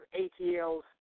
ATL's